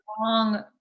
long